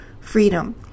freedom